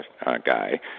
guy